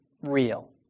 real